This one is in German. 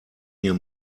mir